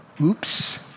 Oops